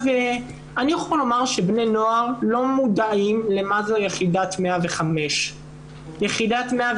אני יכול לומר שבני הנוער לא מודעים ליחידה 105. יחידת 105